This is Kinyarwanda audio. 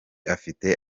afite